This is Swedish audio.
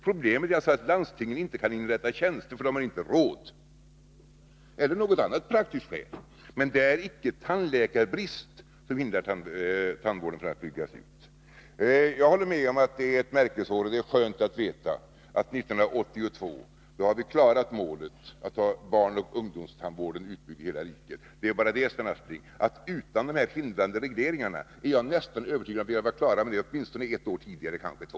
Problemet är att landstingen inte kan inrätta tjänster för att de inte har råd — eller av något annat praktiskt skäl. Men det är icke tandläkarbrist som hindrar tandvården från att byggas ut. - Jag håller med om att det är ett märkesår, och det är skönt att veta att vi 1982 har klarat målet att ha barnoch ungdomstandvården utbyggd i hela riket. Det är bara det, Sven Aspling, att jag är nästan övertygad om att vi utan dessa hindrande regleringar hade varit klara med den utbyggnaden åtminstone ett år tidigare, kanske två.